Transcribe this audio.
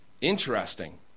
interesting